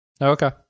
Okay